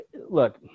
look